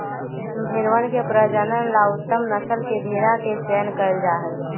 भेंड़वन के प्रजनन ला उत्तम नस्ल के भेंड़ा के चयन कइल जाहई